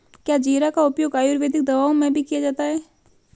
क्या जीरा का उपयोग आयुर्वेदिक दवाओं में भी किया जाता है?